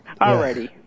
Already